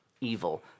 evil